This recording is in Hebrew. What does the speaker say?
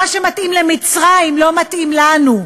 מה שמתאים למצרים לא מתאים לנו.